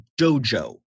dojo